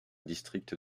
district